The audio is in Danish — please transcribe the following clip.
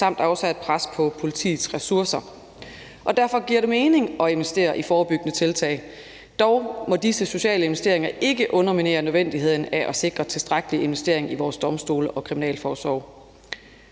også er et pres på politiets ressourcer, og derfor giver det mening at investere i forebyggende tiltag. Dog må disse sociale investeringer ikke underminere nødvendigheden af at sikre en tilstrækkelig investering i vores domstole og kriminalforsorg.